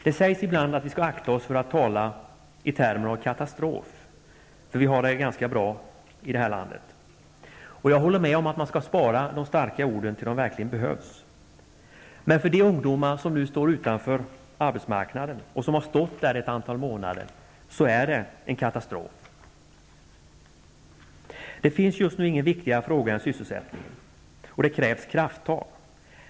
Det sägs ibland att vi skall akta oss för att tala i termer av katastrof, eftersom vi ändå har det ganska bra i Sverige. Jag håller med om att vi skall spara på de starka orden tills de verkligen behövs. Men för de ungdomar som nu står utanför arbetsmarknaden och som har stått där ett antal månader är det en katastrof. Det finns just nu ingen viktigare fråga än sysselsättningen. Det krävs krafttag.